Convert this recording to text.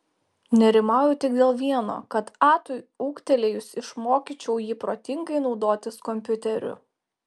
nerimauju tik dėl vieno kad atui ūgtelėjus išmokyčiau jį protingai naudotis kompiuteriu